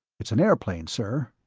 it's an airplane, sir.